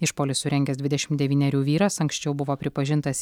išpuolį surengęs dvidešim devynerių vyras anksčiau buvo pripažintas